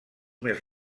més